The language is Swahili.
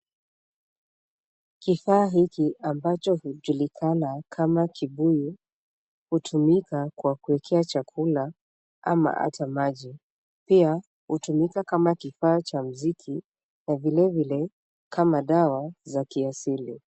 Kifaa hiki ambacho hujulikana kama kibuyu. Hutumika kwa kuwekea chakula ama hata maji. Pia hutumika kama kifaa cha muziki na vilevile kama dawa za kiasili.